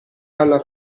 alla